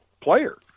player